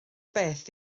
beth